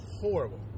horrible